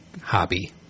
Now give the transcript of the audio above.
hobby